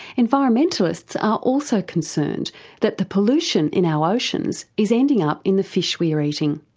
environmentalists are also concerned that the pollution in our oceans is ending up in the fish we're eating.